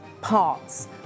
parts